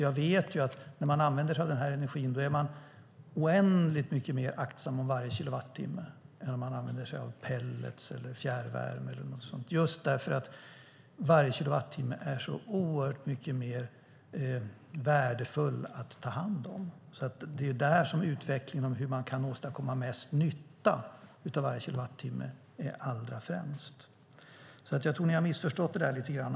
Jag vet att man, när man använder sig av den energin, är oändligt mycket mer aktsam om varje kilowattimme än när man använder sig av pellets eller fjärrvärme eller någonting sådant. Varje kilowattimme är nämligen så oerhört mycket mer värdefull att ta hand om. Det är där som utvecklingen i fråga om hur man kan åstadkomma mest nytta av varje kilowattimme är allra främst. Jag tror därför att ni har missförstått det där lite grann.